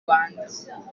rwanda